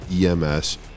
EMS